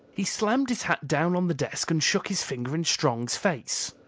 he slammed his hat down on the desk and shook his finger in strong's face.